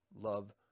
love